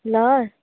ल